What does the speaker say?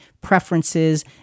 preferences